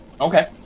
Okay